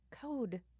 code